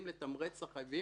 צריך להתמודד עם החלטה,